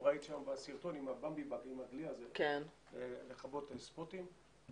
ראית בסרטון את הכלי הזה, לכבות עם ספוטים.